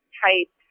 type